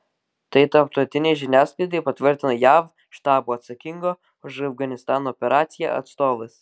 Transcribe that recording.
tai tarptautinei žiniasklaidai patvirtino jav štabo atsakingo už afganistano operaciją atstovas